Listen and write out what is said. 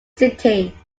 sitting